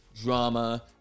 drama